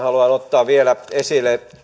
haluan ottaa vielä esille